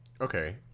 Okay